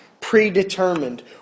predetermined